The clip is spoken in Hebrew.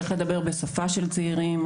צריך לדבר בשפה של צעירים,